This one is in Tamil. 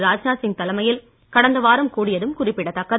ராஜ்நாத் சிங் தலைமையில் கடந்த வாரம் கூடியதும் குறிப்பிடத்தக்கது